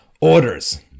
orders